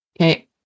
Okay